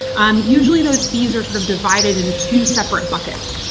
um usually those fees are sort of divided in two separate buckets.